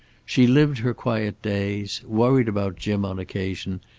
she lived her quiet days, worried about jim on occasion,